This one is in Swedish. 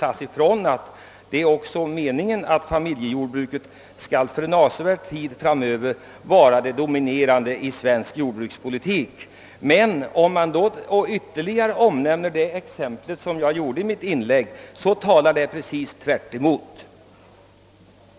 Man sade också ifrån att familjejordbruket under en avsevärd tid framöver skall vara det dominerande i svensk jordbrukspolitik. Det exempel jag gav i mitt inlägg talar dock ett rakt motsatt språk.